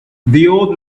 man